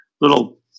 little